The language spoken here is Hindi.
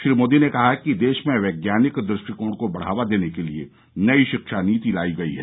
श्री मोदी ने कहा कि देश में वैज्ञानिक दृष्टिकोण को बढावा देने के लिए नई शिक्षा नीति लायी गई है